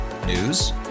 News